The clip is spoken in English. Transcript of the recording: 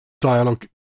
dialogue